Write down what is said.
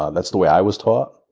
ah that's the way i was taught.